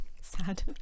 Sad